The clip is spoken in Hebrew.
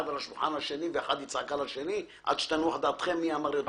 אחד על השולחן השני ואחד יצעק על השני עד שתנוח דעתכם מי אמר יותר.